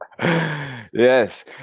Yes